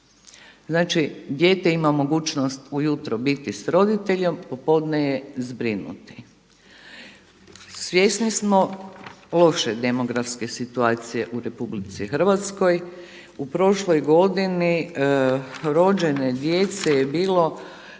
Znači dijete ima mogućnost u jutro biti sa roditeljem, popodne je zbrinuti. Svjesni smo loše demografske situacije u RH. U prošloj godini rođene djece je bilo